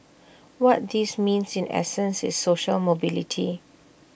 what this means in essence is social mobility